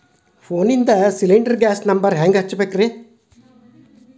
ಫೋನಿಂದ cylinder gas number ಹೆಂಗ್ ಹಚ್ಚ ಬೇಕ್ರಿ?